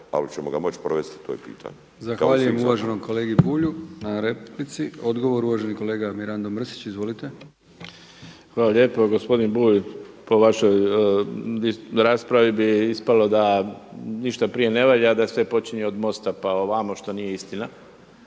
li ćemo ga moći provesti, to je pitanje. **Brkić, Milijan (HDZ)** Zahvaljujem uvaženom kolegi Bulju na replici. Odgovor uvaženi kolega Mirando Mrsić. Izvolite. **Mrsić, Mirando (SDP)** Hvala lijepo. Gospodin Bulj, po vašoj raspravi bi ispalo da ništa prije ne valja, a da sve počinje od MOST-a pa ovamo, što nije istina.